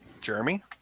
Jeremy